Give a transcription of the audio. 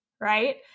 Right